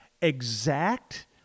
exact